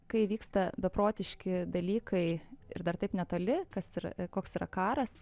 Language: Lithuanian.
kai vyksta beprotiški dalykai ir dar taip netoli kas ir koks yra karas